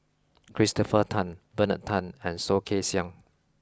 Christopher Tan Bernard Tan and Soh Kay Siang